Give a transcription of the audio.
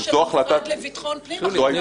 המנטרה הקבועה של המשרד לביטחון פנים.